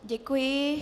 Děkuji.